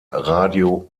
radio